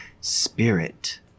spirit